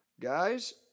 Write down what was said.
guys